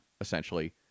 essentially